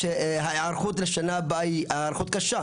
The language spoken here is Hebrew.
שההיערכות לשנה הבאה היא היערכות קשה.